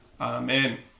Amen